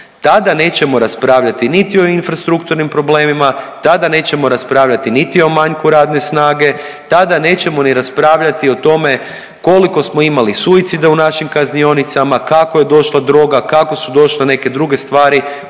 Tada nećemo raspravljati niti o infrastrukturnim problemima, tada nećemo raspravljati niti o manjku radne snage, tada nećemo ni raspravljati o tome koliko smo imali suicida u našim kaznionicama, kako je došla droga, kako su došle neke druge stvari